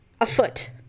afoot